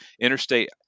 Interstate